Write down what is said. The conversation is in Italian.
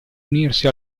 unirsi